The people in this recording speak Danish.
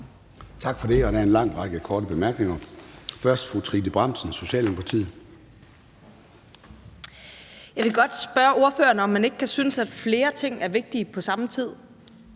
Tak for det. Der er en lang række korte bemærkninger. Først er det fru Trine Bramsen, Socialdemokratiet. Kl. 16:02 Trine Bramsen (S): Jeg vil godt spørge ordføreren, om man ikke kan synes, at flere ting er vigtige på samme tid.